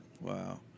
Wow